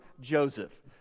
Joseph